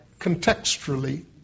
contextually